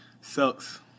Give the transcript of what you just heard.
Sucks